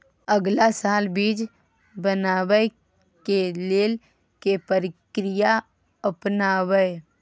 अगला साल बीज बनाबै के लेल के प्रक्रिया अपनाबय?